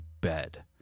bed